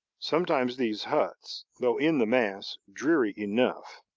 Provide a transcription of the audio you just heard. sometimes these huts, though in the mass dreary enough,